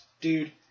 dude